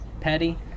Petty